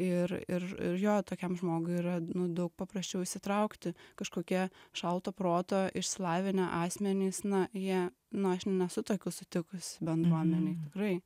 ir ir ir jo tokiam žmogui yra nu daug paprasčiau įsitraukti kažkokie šalto proto išsilavinę asmenys na jie nu aš nesu tokių sutikusi bendruomenėj tikrai